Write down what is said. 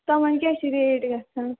تِمَن کیٛاہ چھِ ریٹ گژھان